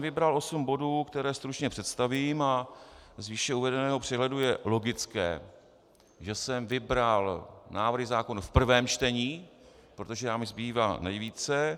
Vybral jsem osm bodů, které stručně představím, a z výše uvedeného přehledu je logické, že jsem vybral návrhy zákonů v prvém čtení, protože jich nám zbývá nejvíce.